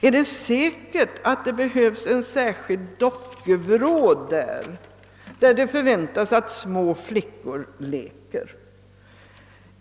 Är det säkert att det behövs en särskild dockvrå, där det förväntas att små flickor leker?